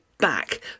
back